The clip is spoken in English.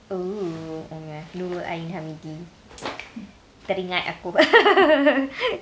oo nurul ain hamidi teringat aku